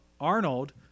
Arnold